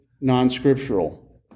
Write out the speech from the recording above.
non-Scriptural